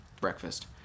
breakfast